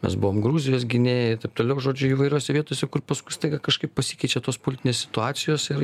mes buvome gruzijos gynėjai ir taip toliau žodžiu įvairiose vietose kur paskui staiga kažkaip pasikeičia tos politinės situacijos ir